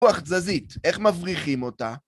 ‫רוח תזזית, איך מבריחים אותה?